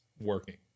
working